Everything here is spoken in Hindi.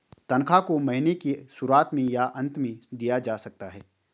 तन्ख्वाह को महीने के शुरुआत में या अन्त में दिया जा सकता है